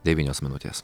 devynios minutės